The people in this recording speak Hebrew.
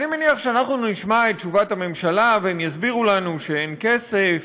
אני מניח שאנחנו נשמע את תשובת הממשלה והם יסבירו לנו שאין כסף,